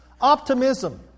optimism